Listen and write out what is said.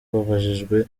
babajijwe